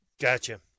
Gotcha